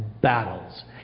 Battles